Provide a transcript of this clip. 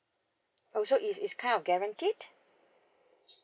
oh so it's it's kind of guaranteed